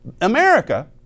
America